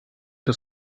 his